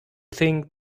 think